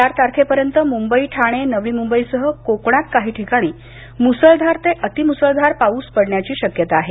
चार तारखेपर्यंत मुंबई ठाणे नवी मुंबईसह कोकणात काही ठिकाणी मुसळधार ते अतिमुसळधार पाऊस पडण्याची शक्यता आहे